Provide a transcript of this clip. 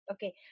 Okay